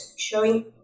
showing